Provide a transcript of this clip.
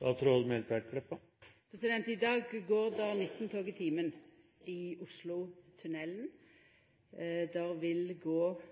I dag går det 19 tog i timen i Oslotunnelen. Det vil gå